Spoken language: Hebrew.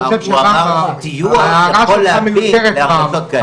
הוא אמר שטיוח יכול להביא להשמצות כאלה.